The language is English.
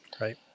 Right